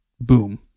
boom